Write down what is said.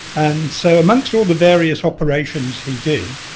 and so amongst all the various operations he did,